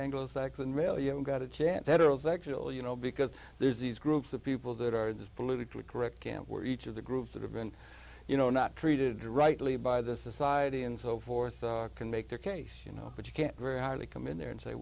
anglo saxon male you haven't got a chance heterosexual you know because there's these groups of people that are this politically correct camp were each of the groups that have been you know not treated rightly by the society and so forth can make their case you know but you can't very hardly come in there and say